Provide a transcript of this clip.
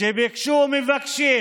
איש מאלה שביקשו ומבקשים